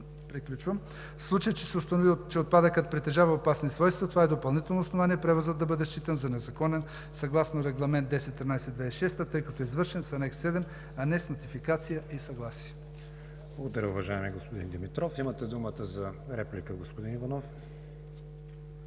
Приключвам. В случай че се установи, че отпадъкът притежава опасни свойства, това е допълнително основание превозът да бъде считан за незаконен съгласно Регламент 1013/2006, тъй като е извършен с Анекс 7, а не с нотификация и съгласие. ПРЕДСЕДАТЕЛ КРИСТИАН ВИГЕНИН: Благодаря Ви, уважаеми господин Димитров. Имате думата за реплика, господин Иванов.